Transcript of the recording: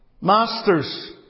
Masters